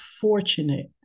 fortunate